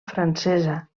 francesa